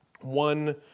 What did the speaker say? one